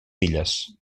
filles